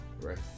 Right